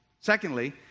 Secondly